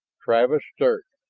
travis stirred,